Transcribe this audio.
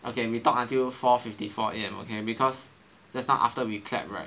okay we talk until four fifty four A_M okay because just now after we clap right